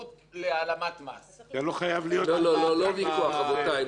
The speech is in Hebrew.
ההוראה לגבי זה שחייבים למלא את פרטי המוטב,